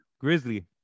Grizzly